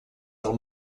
del